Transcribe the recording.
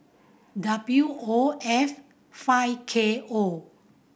W O F five K O